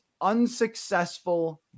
unsuccessful